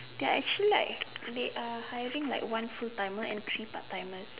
they are actually like they are hiring like one full timers and three part timer